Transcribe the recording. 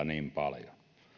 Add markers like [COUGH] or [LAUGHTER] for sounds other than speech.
[UNINTELLIGIBLE] niin paljon